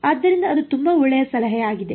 ಆದ್ದರಿಂದ ಅದು ತುಂಬಾ ಒಳ್ಳೆಯ ಸಲಹೆಯಾಗಿದೆ